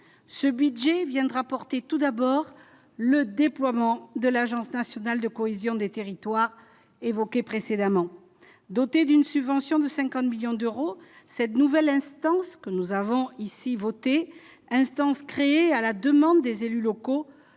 ce budget viendra porter tout d'abord, le déploiement de l'agence nationale de cohésion des territoires précédemment doté d'une subvention de 50 millions d'euros, cette nouvelle instance, que nous avons ici voté, instance créée à la demande des élus locaux